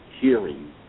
hearing